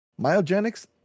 Myogenics